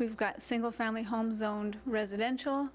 we've got single family homes owned residential